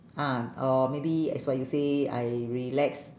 ah or maybe as what you say I relax